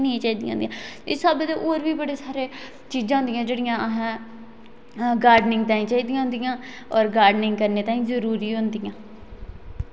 योगा कुसी आखदे उ'नेंगी अजें धोड़ी एह् नीं पता जेह्ड़े साढ़े मोस्ट पापूलर करैकटर योगा कु'न कु'न न उनेंगी सिर्फ बस जेह्ड़ा सिस्टम होंदा ओह् लैना ते कम्म खराब होई आना